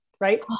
Right